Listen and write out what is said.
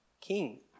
king